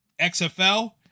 XFL